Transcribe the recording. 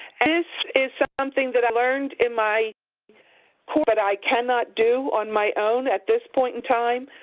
and this is something that i learned in my course, but i cannot do on my own at this point in time.